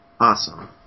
awesome